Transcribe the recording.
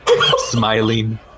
smiling